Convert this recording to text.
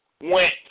went